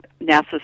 NASA